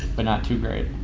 but not too great.